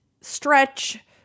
Stretch